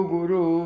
Guru